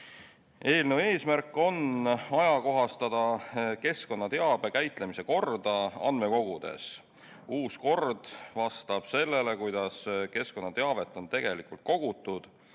Eelnõu eesmärk on ajakohastada keskkonnateabe käitlemise korda [riigi] andmekogudes. Uus kord vastab sellele, kuidas keskkonnateavet on tegelikult kogutud,